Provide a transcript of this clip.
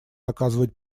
оказывать